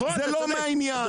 זה לא מהעניין.